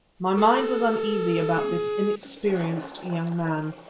my mind was uneasy about this inexperienced young man.